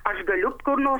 aš galiu kur nors